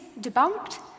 debunked